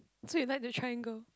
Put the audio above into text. so you like the triangle